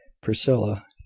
priscilla